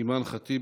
לא נמצאים.